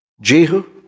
Jehu